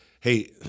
hey